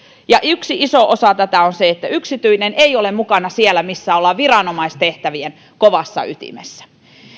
yksi iso osa tätä on se että yksityinen ei ole mukana siellä missä ollaan viranomaistehtävien kovassa ytimessä